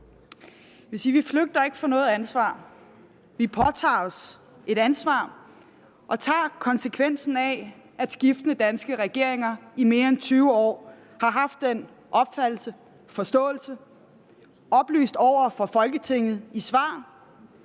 flygter fra noget ansvar. Vi påtager os et ansvar og tager konsekvensen af, at skiftende danske regeringer i mere end 20 år har haft den opfattelse, forståelse, oplyst over for Folketinget i svar,